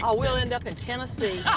ah we'll end up in tennessee.